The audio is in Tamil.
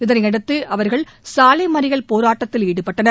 இதனையடுத்து அவர்கள் சாலை மறியல் போராட்டத்தில் ஈடுபட்டனர்